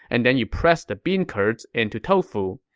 and then you press the bean curds into tofu.